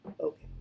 okay